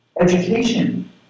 education